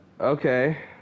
Okay